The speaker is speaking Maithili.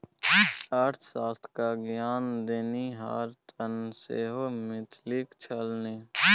अर्थशास्त्र क ज्ञान देनिहार तँ सेहो मिथिलेक छल ने